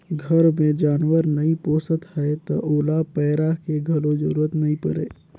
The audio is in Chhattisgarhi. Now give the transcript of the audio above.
घर मे जानवर नइ पोसत हैं त ओला पैरा के घलो जरूरत नइ परे